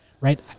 right